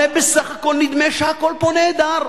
הרי בסך הכול נדמה שהכול פה נהדר: